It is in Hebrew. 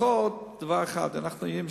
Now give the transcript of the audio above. לפחות דבר אחד אנחנו יודעים,